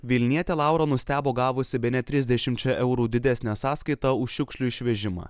vilnietė laura nustebo gavusi bene trisdešimčia eurų didesnę sąskaitą už šiukšlių išvežimą